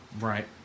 Right